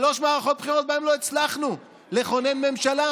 שלוש מערכות בחירות שבהן לא הצלחנו לכונן ממשלה.